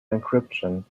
encryption